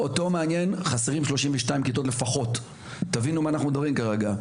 חסרים 32 כיתות לפחות תבינו מה אנחנו מדברים כרגע,